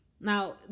Now